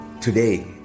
Today